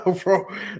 bro